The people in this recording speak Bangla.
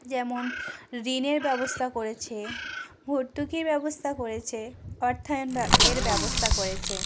যেমন ঋণের ব্যবস্থা করেছে ভর্তুকির ব্যবস্থা করেছে অর্থায়ন ব্য এর ব্যবস্থা করেছে